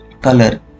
Color